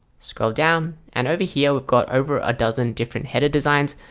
scroll down and over here we've got over a dozen different header designs,